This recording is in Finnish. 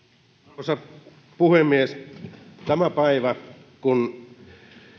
arvoisa puhemies tätä päivää kun